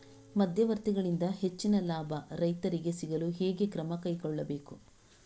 ಮಧ್ಯವರ್ತಿಗಳಿಂದ ಹೆಚ್ಚಿನ ಲಾಭ ರೈತರಿಗೆ ಸಿಗಲು ಹೇಗೆ ಕ್ರಮ ಕೈಗೊಳ್ಳಬೇಕು?